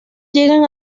llegan